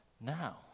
now